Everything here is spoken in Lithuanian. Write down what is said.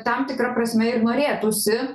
tam tikra prasme ir norėtųsi